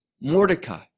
Mordecai